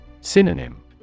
Synonym